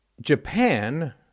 Japan